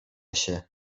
się